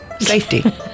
Safety